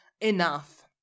enough